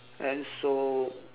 and so